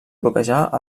bloquejar